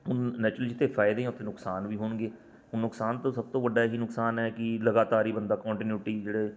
ਹੁਣ ਨੈਚੁਰਲੀ ਜਿੱਥੇ ਫ਼ਾਇਦੇ ਆ ਉੱਥੇ ਨੁਕਸਾਨ ਵੀ ਹੋਣਗੇ ਹੁਣ ਨੁਕਸਾਨ ਤੋਂ ਸਭ ਤੋਂ ਵੱਡਾ ਇਹ ਹੀ ਨੁਕਸਾਨ ਹੈ ਕਿ ਲਗਾਤਾਰ ਹੀ ਬੰਦਾ ਕੰਟੀਨਿਊਟੀ ਜਿਹੜੇ